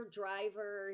driver